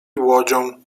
łodzią